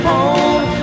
Home